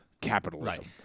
capitalism